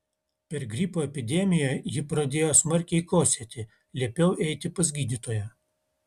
per gripo epidemiją ji pradėjo smarkiai kosėti liepiau eiti pas gydytoją